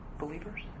believers